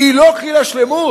היא לא כליל השלמות,